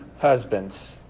husbands